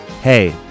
Hey